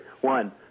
One